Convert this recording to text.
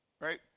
right